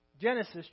Genesis